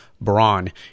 Braun